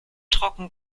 trocken